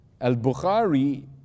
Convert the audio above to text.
Al-Bukhari